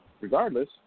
regardless